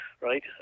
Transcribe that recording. right